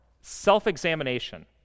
self-examination